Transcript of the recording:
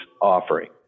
offering